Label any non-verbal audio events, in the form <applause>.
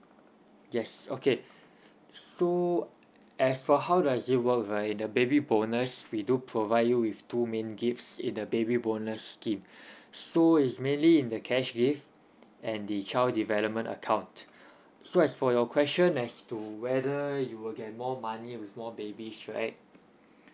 yes okay so as for how does it work right the baby bonus we do provide you with two main gifts in the baby bonus scheme <breath> so it's mainly in the cash gift and the child development account so as for your question as to whether you will get more money with more babies right